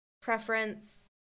preference